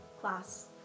class